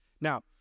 Now